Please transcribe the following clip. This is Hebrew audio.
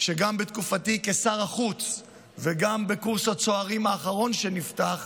שגם בתקופתי כשר החוץ וגם בקורס הצוערים האחרון שנפתח,